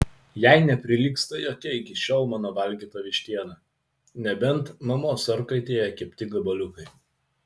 jai neprilygsta jokia iki šiol mano valgyta vištiena nebent mamos orkaitėje kepti gabaliukai